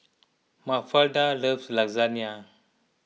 Mafalda loves Lasagna